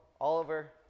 Oliver